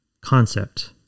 concept